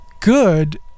good